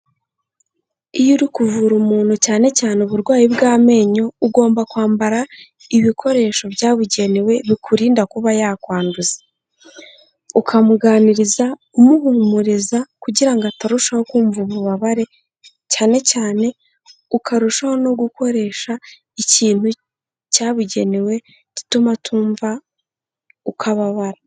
Iyo uri kuvura umuntu cyane cyane uburwayi bw'amenyo, ugomba kwambara ibikoresho byabugenewe bikurinda kuba yakwanduza. Ukamuganiriza umuhumuriza kugira ngo atarushaho kumva ububabare cyane cyane ukarushaho no gukoresha ikintu cyabugenewe gituma atumva uko ababara.